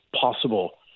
possible